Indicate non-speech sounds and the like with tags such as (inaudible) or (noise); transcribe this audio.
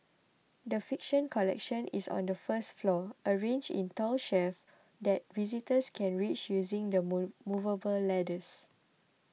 the fiction collection is on the first floor arranged in tall shelves that visitors can reach using the (hesitation) movable ladders